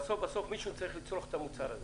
ובסוף מישהו צריך לצרוך את המוצר הזה.